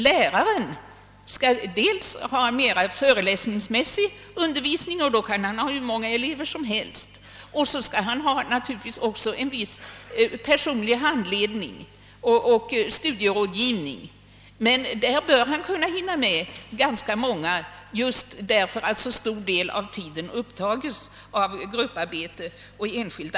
Lärarens undervisning blir mer föreläsningsmässig, och då kan han ha hur många elever som helst. Han skall dessutom ge en viss personlig handledning och studierådgivning. Han bör hinna med ganska många elever, eftersom studierna till så stor del kommer att bedrivas enskilt eller i grupp.